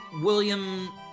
William